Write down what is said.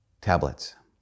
tablets